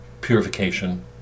purification